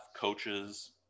coaches